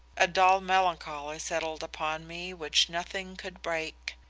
a dull melancholy settled upon me which nothing could break.